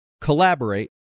collaborate